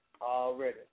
Already